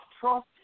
trust